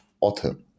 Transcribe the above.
author